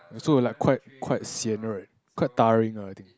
ya so you're like quite quite sian right quite tiring ah I think